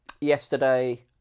Yesterday